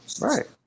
Right